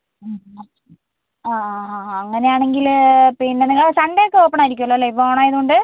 ആ ആ ഹാ ഹാ അങ്ങനെയാണെങ്കിൽ നിങ്ങൾ സൺഡേ ഒക്കെ ഓപ്പൺ ആയിരിക്കും അല്ലേ ഇപ്പം ഓണം ആയതുകൊണ്ട്